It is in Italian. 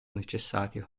necessario